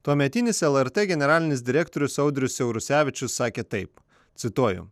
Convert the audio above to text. tuometinis lrt generalinis direktorius audrius siaurusevičius sakė taip cituoju